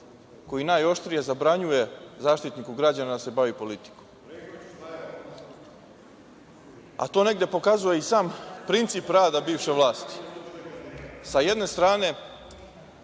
koji najoštrije zabranjuje Zaštitniku građana da se bavi politikom. To negde pokazuje i sam princip rada bivše vlasti. Sa jedne strane